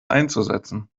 einzusetzen